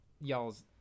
y'all's